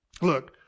Look